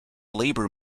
labour